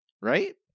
right